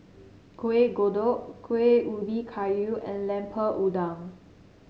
Kuih Kodok Kueh Ubi Kayu and Lemper Udang